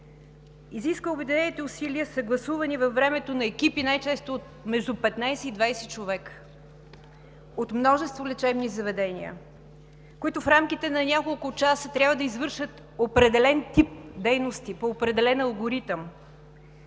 Изисква обединените усилия, съгласувани във времето, на екипи най-често между 15 и 20 човека; от множество лечебни заведения, които в рамките на няколко часа трябва да извършат определен тип дейности по определен алгоритъм,